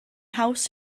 haws